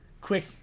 quick